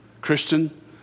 Christian